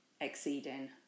exceeding